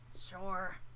Sure